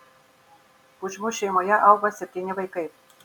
pudžmių šeimoje auga septyni vaikai